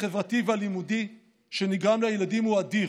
החברתי והלימודי שנגרם לילדים הוא אדיר.